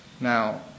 Now